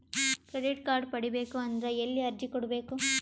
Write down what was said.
Credit card ಪಡಿಬೇಕು ಅಂದ್ರ ಎಲ್ಲಿ ಅರ್ಜಿ ಕೊಡಬೇಕು?